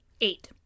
Eight